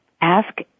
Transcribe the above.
Ask